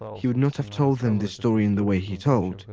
he would not have told them this story in the way he told.